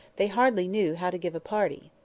they hardly knew how to give a party.